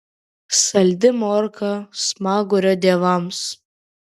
saldi morka smagurio dievams